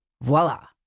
Voila